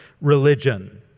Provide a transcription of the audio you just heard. religion